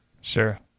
Sure